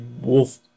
wolf